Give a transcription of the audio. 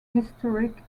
historic